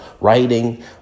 writing